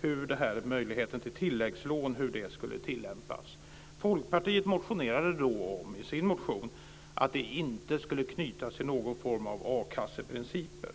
hur möjligheten till tilläggslån skulle tillämpas. Folkpartiet motionerade då om att det inte skulle knytas till några a-kasseprinciper.